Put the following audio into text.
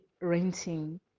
renting